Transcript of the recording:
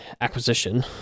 acquisition